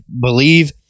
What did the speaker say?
believe